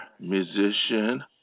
musician